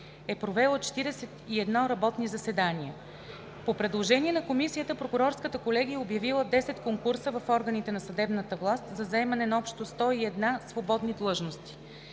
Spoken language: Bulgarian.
е провела 41 работни заседания. По предложение на Комисията Прокурорската колегия е обявила 10 конкурса в органите на съдебната власт за заемане на общо 101 свободни длъжности.